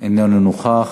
אינו נוכח.